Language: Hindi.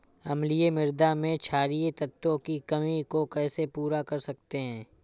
अम्लीय मृदा में क्षारीए तत्वों की कमी को कैसे पूरा कर सकते हैं?